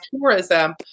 tourism